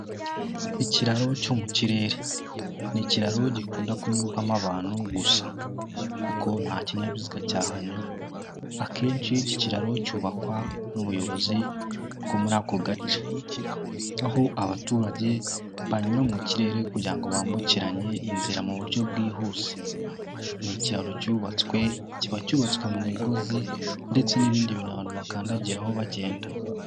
Ikiraro cyo mu kirere, ni ikiro gikunda kunyurwamo abantu gusa kuko nta kinyabiziga cyahanyura. Akenshi iki kiraro cyubakwa n'ubuyobozi bwo muri ako gace aho abaturage banyura mu kirere kugira ngo bambukiranye inzira mu buryo bwihuse. Ni ikiraro cyubatswe, kiba cyubatswe mu migozi ndetse n'ibindi bintu abantu bakandagiraho bagenda.